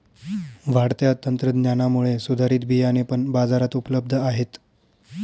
वाढत्या तंत्रज्ञानामुळे सुधारित बियाणे पण बाजारात उपलब्ध आहेत